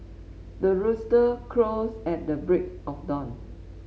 the rooster crows at the break of dawn